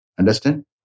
Understand